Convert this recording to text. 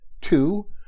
Two